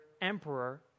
emperor